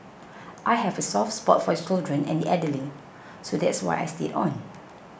I have a soft spot for children and the elderly so that's why I stayed on